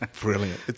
brilliant